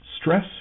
Stress